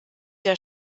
der